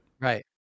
Right